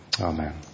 Amen